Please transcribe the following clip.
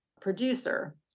producer